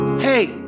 hey